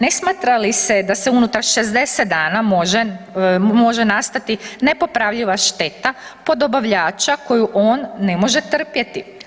Ne smatra li se da se unutar 60 dana može, može nastati nepopravljiva šteta po dobavljača koju on ne može trpjeti.